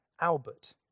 Albert